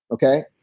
ok.